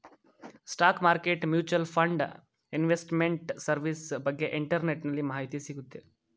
stock market mutual fund investment service ಬಗ್ಗೆ ಇಂಟರ್ನೆಟ್ಟಲ್ಲಿ ಮಾಹಿತಿ ಸಿಗುತ್ತೆ